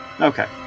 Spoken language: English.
Okay